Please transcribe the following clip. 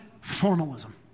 formalism